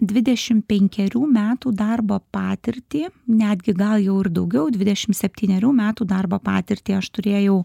dvidešim penkerių metų darbo patirtį netgi gal jau ir daugiau dvidešim septynerių metų darbo patirtį aš turėjau